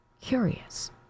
Curious